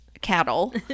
cattle